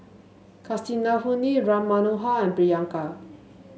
Kasinadhuni Ram Manohar and Priyanka